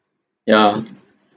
yeah